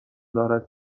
دارد